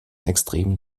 extremen